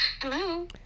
Hello